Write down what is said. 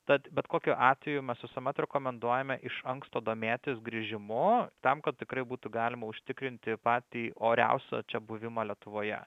tad bet kokiu atveju mes visuomet rekomenduojame iš anksto domėtis grįžimu tam kad tikrai būtų galima užtikrinti patį oriausią čia buvimą lietuvoje